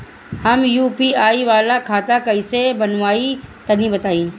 हम यू.पी.आई वाला खाता कइसे बनवाई तनि बताई?